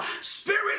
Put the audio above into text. Spirit